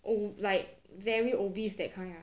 oh like very obese that kind ah